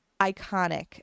iconic